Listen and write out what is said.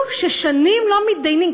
כאילו שנים לא מתדיינים,